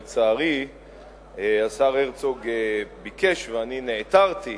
לצערי, השר הרצוג ביקש ואני נעתרתי,